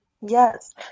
Yes